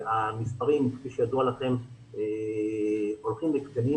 המספרים כפי שידוע לכם, הולכים וקטנים.